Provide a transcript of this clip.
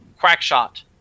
Quackshot